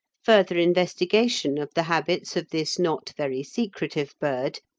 further investigation of the habits of this not very secretive bird,